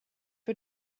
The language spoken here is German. für